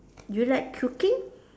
do you like cooking